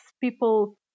people